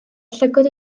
llygod